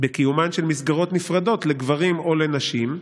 בקיומן של מסגרות נפרדות לגברים או לנשים,